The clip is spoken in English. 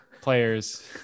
players